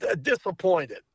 disappointed